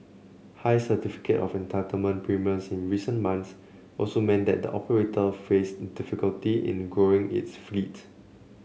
high Certificate of Entitlement premiums in recent months also meant that the operator faced difficulty in growing its fleet